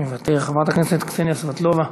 מוותר, חברת הכנסת קסניה סבטלובה,